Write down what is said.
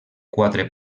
quatre